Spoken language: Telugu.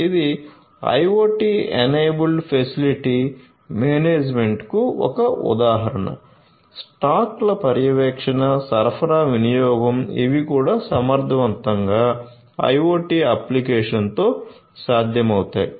ఇది IoT ఎనేబుల్డ్ ఫెసిలిటీ మేనేజ్మెంట్కు ఒక ఉదాహరణ స్టాక్ల పర్యవేక్షణ సరఫరా వినియోగం ఇవి కూడా సమర్థవంతంగా IoT అప్లికేషన్తో సాధ్యమవుతాయి